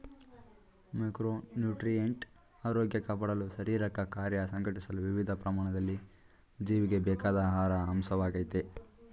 micronutrient ಆರೋಗ್ಯ ಕಾಪಾಡಲು ಶಾರೀರಿಕಕಾರ್ಯ ಸಂಘಟಿಸಲು ವಿವಿಧ ಪ್ರಮಾಣದಲ್ಲಿ ಜೀವಿಗೆ ಬೇಕಾದ ಆಹಾರ ಅಂಶವಾಗಯ್ತೆ